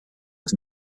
was